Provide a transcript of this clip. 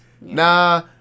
nah